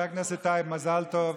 מזל טוב.